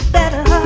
better